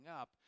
up